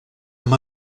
amb